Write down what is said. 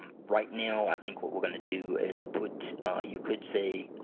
and right now i think what we're going to do is put you could say